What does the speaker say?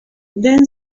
then